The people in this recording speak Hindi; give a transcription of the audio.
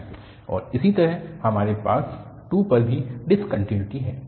और इसी तरह हमारे पास 2 पर भी डिसकन्टिन्युटी है